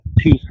two